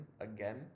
again